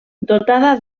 dotada